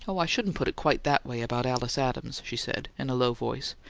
oh, i shouldn't put it quite that way about alice adams, she said, in a low voice.